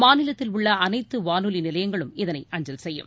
மாநிலத்தில் உள்ள அனைத்து வானொலி நிலையங்களும் இதனை அஞ்சல் செய்யும்